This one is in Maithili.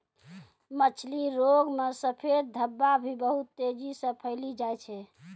मछली रोग मे सफेद धब्बा भी बहुत तेजी से फैली जाय छै